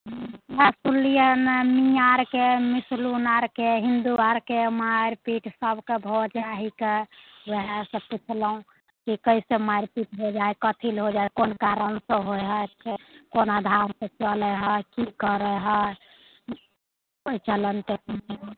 वएह सुनलियै मियाँ आरके मुस्लिम आरके हिन्दू आरके मारि पीट सबके भऽ जाइ है कऽ वएह सऽ पुछलहुॅं कि कैसे मारि पीट हो जाइ है कथी लऽ हो जाय हय कोन कारण से होइ है कोन आधार से चलै है की करै है